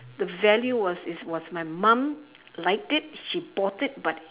the value was it was my mom liked it she bought it but